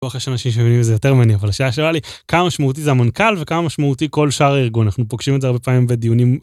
בטוח יש אנשים שאומרים זה יותר מעניין, אבל השאלה שעולה לי, כמה משמעותי זה המנכ״ל וכמה משמעותי כל שאר הארגון אנחנו פוגשים את זה הרבה פעמים בדיונים.